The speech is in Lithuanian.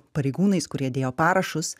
pareigūnais kurie dėjo parašus